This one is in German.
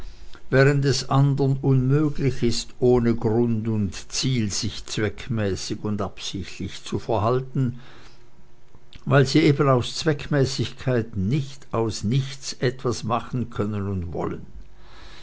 während es andern unmöglich ist ohne grund und ziel sich zweckmäßig und absichtlich zu verhalten weil sie eben aus zweckmäßigkeit nicht aus nichts etwas machen können und wollen